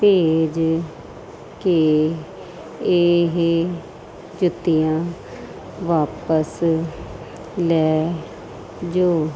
ਭੇਜ ਕੇ ਇਹ ਜੁੱਤੀਆਂ ਵਾਪਸ ਲੈ ਜਾਓ